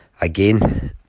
again